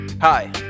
Hi